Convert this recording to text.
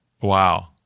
Wow